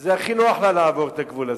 הכי נוח לה לעבור את הגבול הזה.